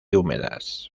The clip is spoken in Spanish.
húmedas